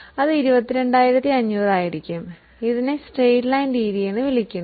അതിനാൽ ഇത് 22500 ആയിരിക്കും ഇതിനെ സ്ട്രെയ്റ്റ് ലൈൻ രീതി എന്ന് വിളിക്കുന്നു